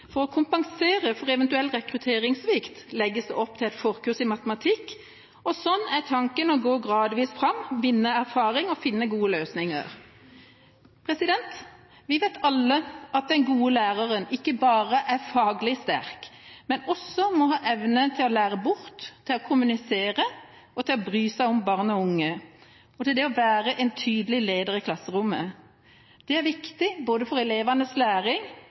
For å kompensere for eventuell rekrutteringssvikt legges det opp til et forkurs i matematikk. Sånn er tanken å gå gradvis fram, vinne erfaring og finne gode løsninger. Vi vet alle at den gode læreren ikke bare er faglig sterk, men også må ha evne til å lære bort, til å kommunisere, til å bry seg om barn og unge og til å være en tydelig leder i klasserommet. Det er viktig både for elevenes læring